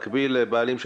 במקביל, בעלים של